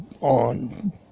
on